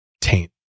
taint